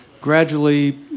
gradually